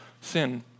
sin